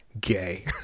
Gay